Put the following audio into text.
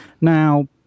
now